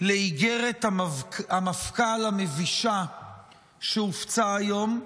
לאיגרת המפכ"ל המבישה שהופצה היום.